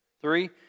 Three